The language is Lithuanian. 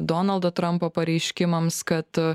donaldo trampo pareiškimams kad